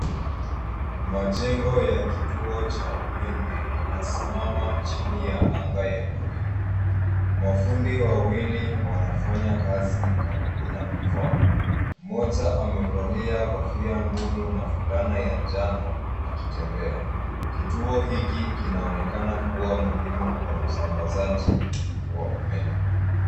Majengo ya kituo cha umeme yanasimama chini ya anga ya mawingu. Mafundi wawili wanafanya kazi karibu na vifaa. Mmoja amevalia kofia ngumu na fulana ya njano akitembea. Kituo hiki kinaonekana kuwa muhimu kwa usambazaji wa umeme.